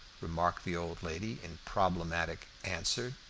remarked the old lady in problematic answer.